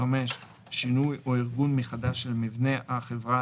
שינוי או ארגון מחדש של מבנה החברה,